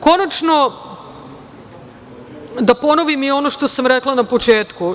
Konačno, da ponovim i ono što sam rekla na početku.